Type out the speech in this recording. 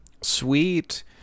sweet